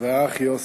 והאח יוסי,